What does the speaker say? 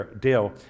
deal